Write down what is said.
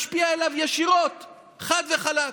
זה משפיע עליו ישירות חד וחלק.